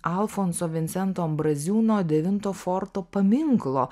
alfonso vincento ambraziūno devinto forto paminklo